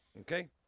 Okay